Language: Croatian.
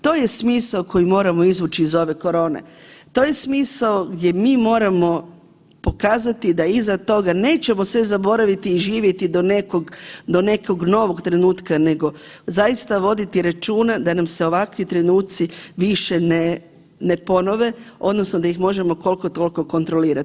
To je smisao koji moramo izvući iz ove korone, to je smisao gdje mi moramo pokazati da iza toga nećemo sve zaboraviti i živjeti do nekog, do nekog novog trenutka nego zaista voditi računa da nas se ovakvi trenutci više ne ponove odnosno da ih možemo koliko toliko kontrolirat.